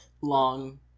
long